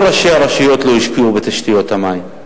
לא כל ראשי הרשויות לא השקיעו בתשתיות המים.